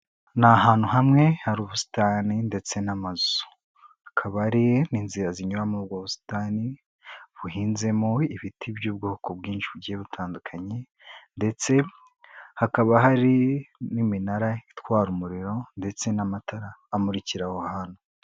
Ni ahantu hamwe hari ubusitani ndetse n'amazu, hakaba hari n'inzira zinyura muri ubwo busitani, buhinzemo ibiti by'ubwoko bwinshi bugiye butandukanye ndetse hakaba hari n'iminara itwara umuriro ndetse n'amatara amurikira aho hantu.